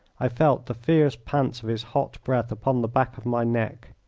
i felt the fierce pants of his hot breath upon the back of my neck.